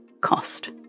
cost